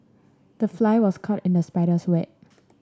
the fly was caught in the spider's web